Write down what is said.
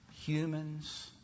Humans